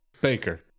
Baker